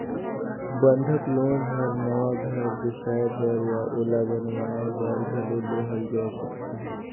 बंधक लोन हर नवा घर बेसाए बर या ओला बनावाये बर घलो लेहल जाय सकथे